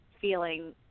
feeling